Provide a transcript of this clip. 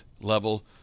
level